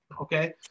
okay